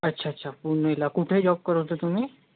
अच्छा अच्छा पुणेला कुठे जॉब करत तुम्ही